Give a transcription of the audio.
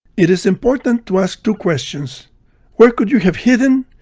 it is important to ask two questions where could you have hidden?